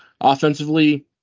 offensively